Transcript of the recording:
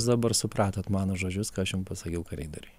dabar supratot mano žodžius ką aš jum pasakiau koridoriuj